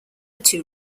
two